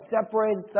separates